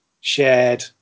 shared